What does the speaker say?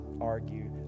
argue